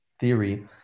theory